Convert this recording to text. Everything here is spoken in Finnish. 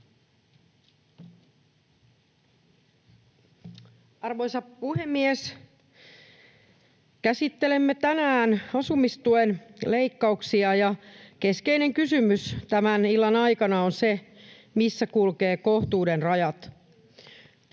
Arvoisa puhemies! Käsittelemme tänään asumistuen leikkauksia, ja keskeinen kysymys tämän illan aikana on se, missä kulkevat kohtuuden rajat.